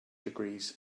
degrees